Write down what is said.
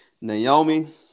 Naomi